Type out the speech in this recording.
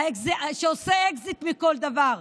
שעושה אקזיט מכל דבר,